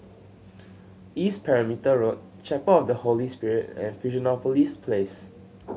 East Perimeter Road Chapel of the Holy Spirit and Fusionopolis Place